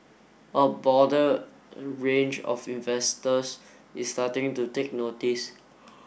a border range of investors is starting to take notice